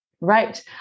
Right